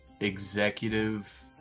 executive